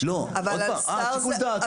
אה, שיקול דעת.